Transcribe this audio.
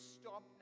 stop